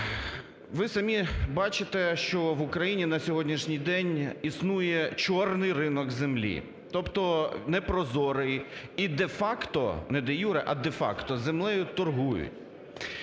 Ви самі бачите, що в Україні на сьогоднішній день існує чорний ринок землі, тобто непрозорий і де-факто, не де-юре,